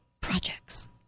projects